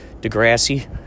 Degrassi